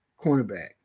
cornerback